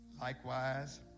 Likewise